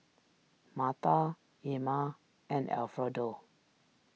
Martha Ilma and Alfredo